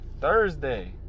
thursday